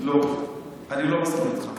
לא, אני לא מסכים איתך.